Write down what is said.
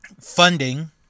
funding